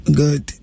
good